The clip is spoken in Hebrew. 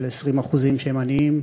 של 20% שהם עניים